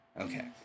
Okay